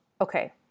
okay